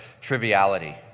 triviality